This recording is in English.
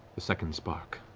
the second spark.